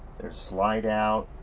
there's slide out.